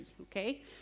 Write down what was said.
okay